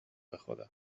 بخدا